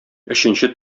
өченче